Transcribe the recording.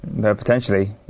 Potentially